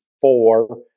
four